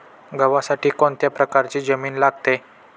गव्हासाठी कोणत्या प्रकारची जमीन लागते?